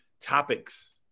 topics